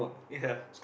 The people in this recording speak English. ya